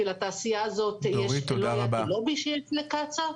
כי לתעשייה הזאת לא היה לובי כפי שיש לקצא"א?